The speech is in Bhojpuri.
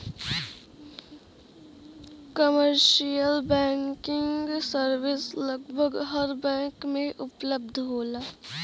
कमर्शियल बैंकिंग सर्विस लगभग हर बैंक में उपलब्ध होला